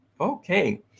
Okay